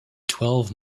twelve